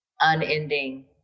unending